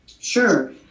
Sure